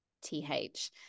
th